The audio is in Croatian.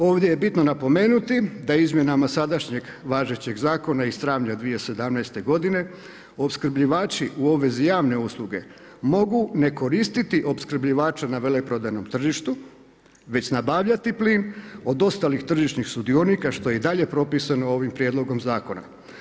Ovdje je bitno napomenuti da je izmjenama sadašnjeg važećeg zakona iz travnja 2017. godine opskrbljivači u obvezi javne usluge mogu ne koristiti opskrbljivača na veleprodajnom tržištu već nabavljati plin od ostalih tržišnih sudionika što je i dalje propisano ovim prijedlogom zakona.